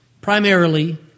primarily